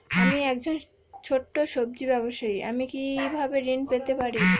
আমি একজন ছোট সব্জি ব্যবসায়ী আমি কিভাবে ঋণ পেতে পারি?